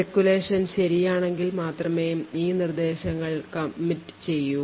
Speculation ശരിയാണെങ്കിൽ മാത്രമേ ഈ നിർദ്ദേശങ്ങൾ commit ചെയ്യൂ